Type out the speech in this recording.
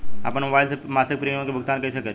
आपन मोबाइल से मसिक प्रिमियम के भुगतान कइसे करि?